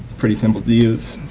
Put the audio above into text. pretty simple to use.